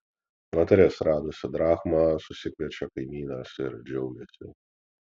moteris radusi drachmą susikviečia kaimynes ir džiaugiasi